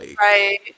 Right